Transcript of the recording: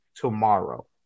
Tomorrow